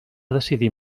decidir